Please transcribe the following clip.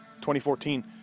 2014